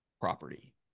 property